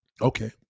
Okay